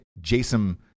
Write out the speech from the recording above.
Jason